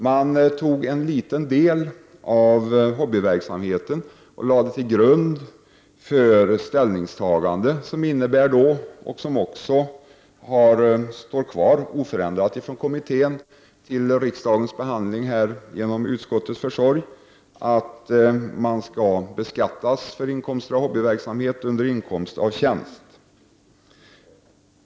Man tog en liten del av hobbyverksamheten och lade den till grund för ställningstagandet. Det innebär — det står kvar oförändrat från kommittén till riksdagens behandling genom utskottets försorg — att man skall beskattas för inkomster av hobbyverksamhet under Inkomst av tjänst.